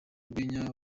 urwenya